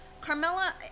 Carmela